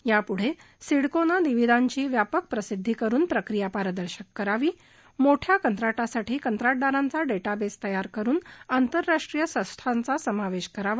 यापूढे सिडकोनं निविदाची व्यापक प्रसिद्धि करुन प्रकिया पारदर्शक करावी मोठ्या कंत्राटासाठी कंत्राटदारांचा डेटाबेस तयार करुन आतरराष्ट्रीय संस्थाचा समावेश करावा